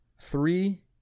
three